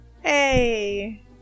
Hey